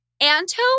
Anto